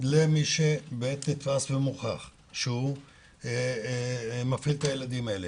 למי שבאמת נתפס ומוכח שהוא מפעיל את הילדים האלה,